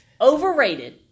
Overrated